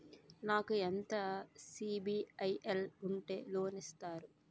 నాకు ఎంత సిబిఐఎల్ ఉంటే లోన్ ఇస్తారు?